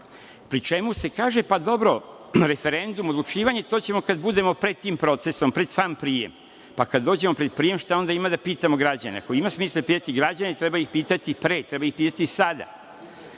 pri čemu se kaže – pa dobro, referendum, odlučivanje, to ćemo kad budemo pred tim procesom, pred sam prijem. Pa, kad dođemo pred prijem, šta onda ima da pitamo građane? Ako ima smisla pitati građane, treba ih pitati pre, treba ih pitati sada.